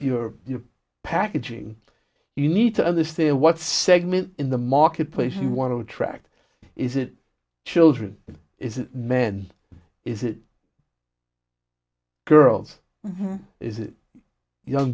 or your packaging you need to understand what segment in the marketplace you want to attract is it children is it men is it girls or is it young